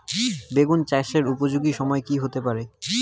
বেগুন চাষের উপযোগী সময় কি হতে পারে?